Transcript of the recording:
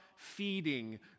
feeding